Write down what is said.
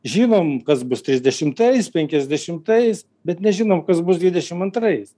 žinom kas bus trisdešimtais penkiasdešimtais bet nežinom kas bus dvidešim antrais